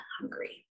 hungry